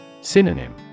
Synonym